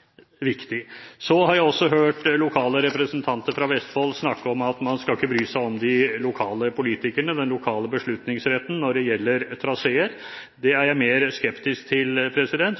så raskt som mulig – f.eks. med noen andre løsninger, med noen alternativer – og at man har et åpent sinn, er viktig. Jeg har også hørt lokale representanter fra Vestfold snakke om at man ikke skal bry seg om de lokale politikerne, den lokale beslutningsretten, når det gjelder traseer. Det er jeg mer skeptisk til.